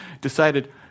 decided